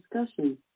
discussion